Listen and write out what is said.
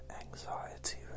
Anxiety